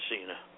Cena